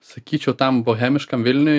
sakyčiau tam bohemiškam vilniuj